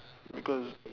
because